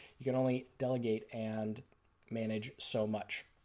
you can only delegate and manage so much.